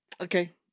Okay